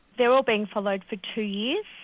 they are all being followed for two years,